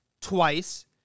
twice